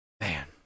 Man